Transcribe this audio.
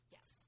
Yes